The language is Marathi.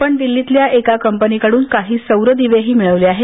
आपण दिल्लीतल्या एका कंपनीकडन काही सौर दिवेही मिळवले आहेत